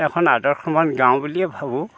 এখন আদৰ্শমান গাঁও বুলিয়ে ভাবোঁ